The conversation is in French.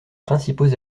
principaux